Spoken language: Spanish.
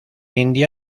india